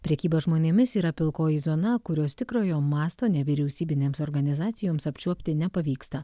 prekyba žmonėmis yra pilkoji zona kurios tikrojo masto nevyriausybinėms organizacijoms apčiuopti nepavyksta